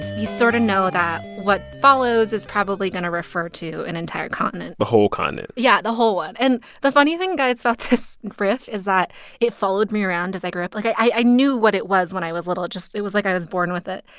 you sort of know that what follows is probably going to refer to an entire continent the whole continent yeah, the whole one. and the funny thing, guys, about this riff is that it followed me around as i grew up. like, i knew what it was when i was little. just it was like i was born with it.